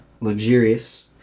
luxurious